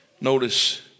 Notice